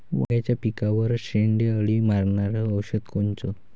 वांग्याच्या पिकावरचं शेंडे अळी मारनारं औषध कोनचं?